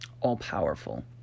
all-powerful